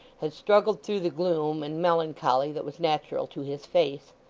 had struggled through the gloom and melancholy that was natural to his face,